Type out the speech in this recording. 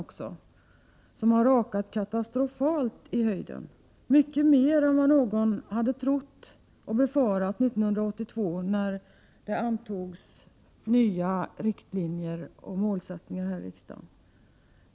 De har rakat i höjden på ett katastrofalt sätt — mycket mer än vad någon trodde eller befarande 1982, när nya riktlinjer och målsättningar antogs här i riksdagen.